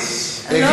מאיזו מדינה?